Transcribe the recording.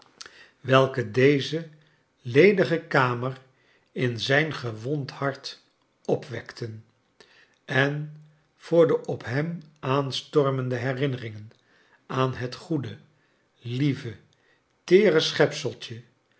welke deze ledige kamer in zijn gewond hart opwekten en voor de op hem aanstormende herinneringen aan het goede lieve teere